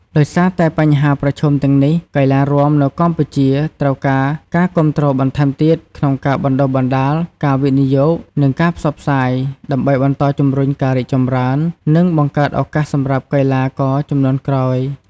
ដោយសារតែបញ្ហាប្រឈមទាំងនេះ កីឡារាំនៅកម្ពុជាត្រូវការការគាំទ្របន្ថែមទៀតក្នុងការបណ្តុះបណ្តាល ការវិនិយោគ និងការផ្សព្វផ្សាយ ដើម្បីបន្តជំរុញការរីកចម្រើន និងបង្កើតឱកាសសម្រាប់កីឡា ករជំនាន់ក្រោយ។